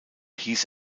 hieß